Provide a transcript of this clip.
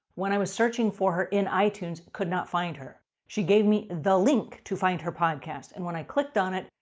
when i was searching for her in itunes, could not find her. she gave me the link to find her podcast. and when i clicked on it,